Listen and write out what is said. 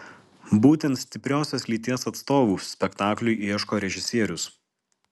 būtent stipriosios lyties atstovų spektakliui ieško režisierius